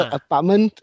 apartment